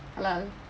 halal